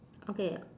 okay